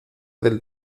del